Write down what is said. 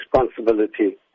responsibility